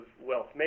wealth